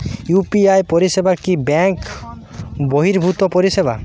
UPI পরিসেবা কি bank বর্হিভুত পরিসেবা?